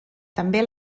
també